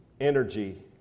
energy